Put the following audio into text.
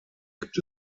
gibt